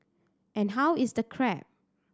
and how is the crab